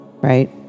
right